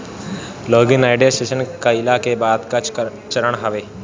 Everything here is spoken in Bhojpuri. लॉग इन आई.डी रजिटेशन कईला के बाद कअ चरण हवे